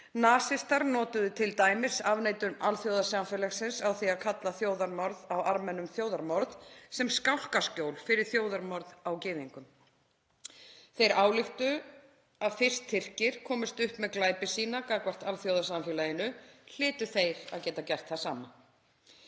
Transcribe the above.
Nasistar notuðu t.d. afneitun alþjóðasamfélagsins á því að kalla þjóðarmorð á Armenum þjóðarmorð sem skálkaskjól fyrir þjóðarmorð á gyðingum. Þeir ályktuðu að fyrst Tyrkir komust upp með glæpi sína gagnvart alþjóðasamfélaginu hlytu þeir að geta gert það sama.